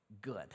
good